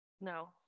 No